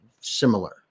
similar